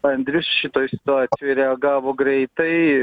andrius šitoj situacijoj reagavo greitai